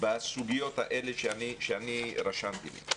בסוגיות האלה שאני רשמתי.